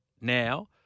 now